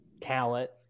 talent